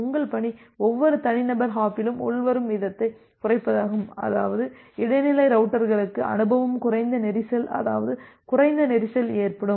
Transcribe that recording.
உங்கள் பணி ஒவ்வொரு தனிநபர் ஹாப்பிலும் உள்வரும் வீதத்தைக் குறைப்பதாகும் அதாவது இடைநிலை ரௌட்டர்களுக்கு அனுபவம் குறைந்த நெரிசல் அதாவது குறைந்த நெரிசல் ஏற்படும்